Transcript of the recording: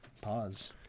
Pause